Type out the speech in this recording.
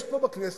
יש פה בכנסת